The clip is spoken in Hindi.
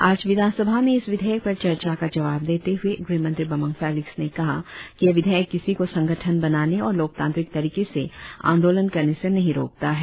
आज विधानसभा में इस विधेयक पर चर्चा का जवाब देते हए गृहमंत्री बामंग फेलिक्स ने कहा कि यह विधेयक किसी को संगठन बनाने और लोकतांत्रिक तरीके से आंदोलन करने से नहीं रोकता है